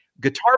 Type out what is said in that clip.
Guitar